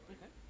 Okay